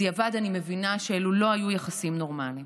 בדיעבד אני מבינה שאלה לא היו יחסים נורמליים.